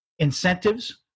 Incentives